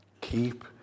Keep